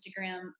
Instagram